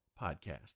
Podcast